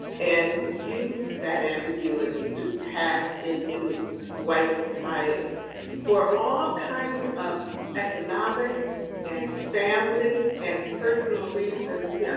and who used that ambiguity to pass into white society for all kinds of economic and family and personal reasons. yeah